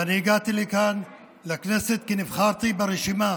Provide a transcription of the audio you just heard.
ואני הגעתי לכאן כי נבחרתי ברשימה